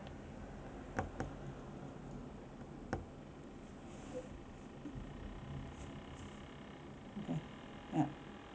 okay ya